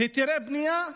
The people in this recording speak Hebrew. היתרי בנייה,